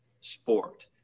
sport